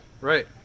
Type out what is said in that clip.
Right